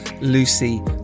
Lucy